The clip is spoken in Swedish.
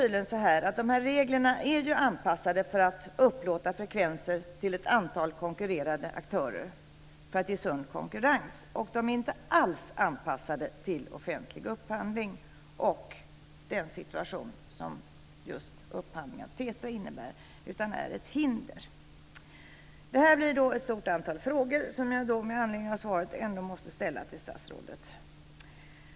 De här reglerna är ju anpassade för att man ska upplåta frekvenser till ett antal konkurrerande aktörer för att ge sund konkurrens, och de är inte alls anpassade till offentlig upphandling och den situation som just upphandling av TETRA innebär, utan de är ett hinder. Det här gör att det blir ett stort antal frågor som jag med anledning av svaret måste ställa till statsrådet.